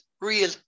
Real